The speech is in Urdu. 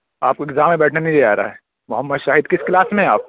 آپ کو اگزام میں بیٹھنے نہیں دیا جا رہا ہے محمد شاہد کس کلاس میں ہیں آپ